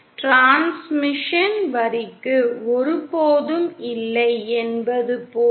transmission வரிக்கு ஒருபோதும் இல்லை என்பது போல